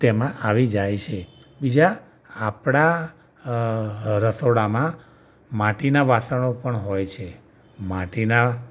તેમાં આવી જાય છે બીજા આપણા અ રસોડામાં માટીનાં વાસણો પણ હોય છે માટીનાં